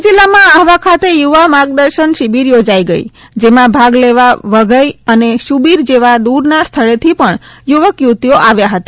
ડાંગ જીલ્લામાં આફવા ખાતે યુવા માર્ગદર્શન શિબિર યોજાઇ ગઇ જેમાં ભાગ લેવા વધઇ અને સુબીર જેવા દૂરની સ્થળેથી પણ યુવક યુવતીઓ આવ્યા હતા